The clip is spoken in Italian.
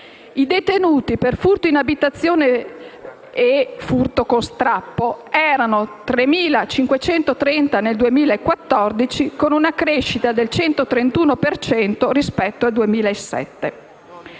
I detenuti per furto in abitazione e furto con strappo erano 3.530 nel 2014, con una crescita del 131 per cento rispetto al 2007.